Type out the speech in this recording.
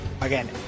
Again